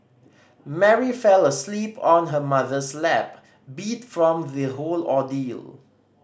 Mary fell asleep on her mother's lap beat from the whole ordeal